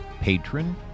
patron